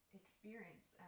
experience